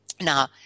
Now